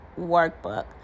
workbook